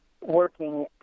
working